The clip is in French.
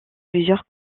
plusieurs